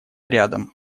рядом